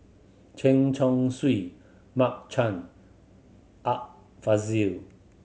Chen Chong Swee Mark Chan Art Fazil